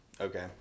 Okay